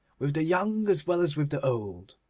with the young as well as with the old,